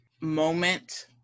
moment